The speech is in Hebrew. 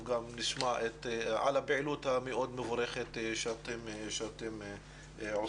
נשמע על הפעילות המאוד מבורכת שאתם עושים.